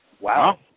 Wow